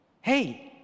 Hey